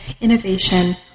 innovation